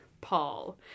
Paul